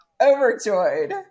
overjoyed